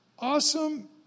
awesome